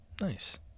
Nice